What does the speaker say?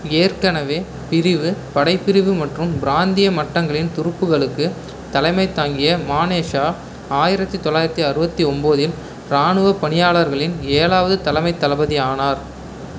ஏற்கனவே பிரிவு படைப்பிரிவு மற்றும் பிராந்திய மட்டங்களின் துருப்புக்களுக்கு தலைமை தாங்கிய மானேக்ஷா ஆயிரத்தி தொள்ளாயிரத்தி அறுபத்தி ஒம்போதில் ராணுவப் பணியாளர்களின் ஏழாவது தலைமைத் தளபதி ஆனார்